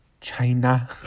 China